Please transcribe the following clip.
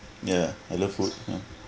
ya I love food ah